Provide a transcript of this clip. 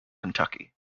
kentucky